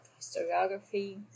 historiography